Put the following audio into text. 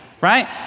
right